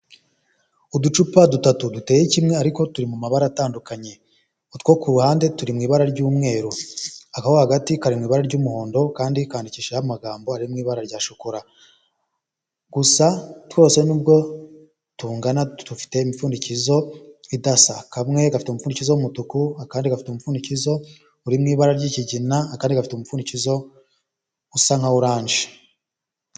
Uducupa dutatu duteye kimwe ariko turi mu mabara atandukanye ,utwo ku ruhande turi mu ibara ry'umweru ako hagati kari mu ibara ry'umuhondo kandi kandikishijeho amagambo ari mu ibara rya shokora, gusa twose nubwo tungana dufite imipfundikizo idasa, kamwe gafite umupfundikizo w' umutuku akandi gafite umupfundikizo uri mu ibara ry'ikigina akandi gafite umupfundikizo usa nka oranje.